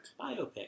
Biopic